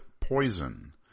poison